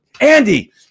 Andy